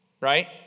right